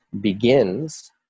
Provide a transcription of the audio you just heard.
begins